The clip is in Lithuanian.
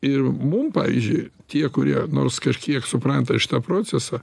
ir mum pavyzdžiui tie kurie nors kažkiek supranta šitą procesą